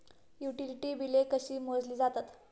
Utility बिले कशी मोजली जातात?